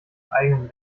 eigenen